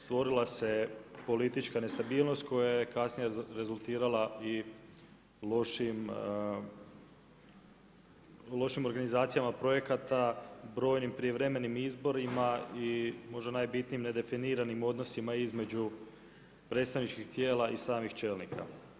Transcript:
Stvorila se politička nestabilnost koja je kasnije rezultirala i lošim, lošim organizacijama projekata, brojnim prijevremenim izborima i možda najbitnijim nedefiniranim odnosima između predstavničkih tijela i samih čelnika.